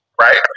right